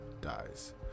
dies